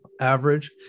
average